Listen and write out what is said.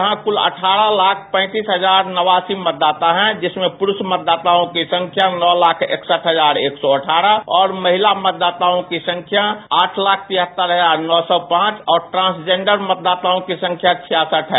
यहां कुल अठारह लाख पैंतीस हजार नवासी मतदाता है जिनमें पुरूष मतदाताओं की संख्या नौ लाख इकसठ हजार एक सौ अठारह और महिला मतदाताओं की संख्या आठ लाख तिहत्तर हजार नौ सौ पांच और ट्रांसजेंडर मतदाताओं की संख्या छियासठ है